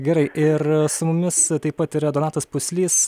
gerai ir su mumis taip pat yra donatas puslys